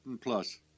plus